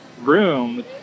rooms